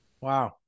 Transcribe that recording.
wow